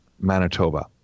Manitoba